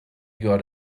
got